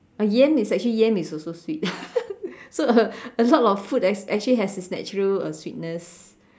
uh yam is actually yam is also sweet so a a lot of food act actually it's natural uh sweetness